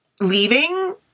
leaving